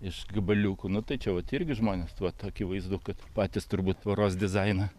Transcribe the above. iš gabaliukų nu tai čia vat irgi žmonės vat akivaizdu kad patys turbūt tvoros dizainą